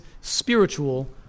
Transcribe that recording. spiritual